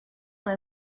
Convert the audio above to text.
dans